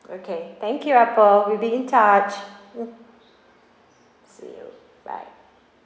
okay thank you apple we'll be in touch mm see you bye